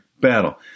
battle